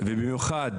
ובמיוחד